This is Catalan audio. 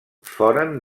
foren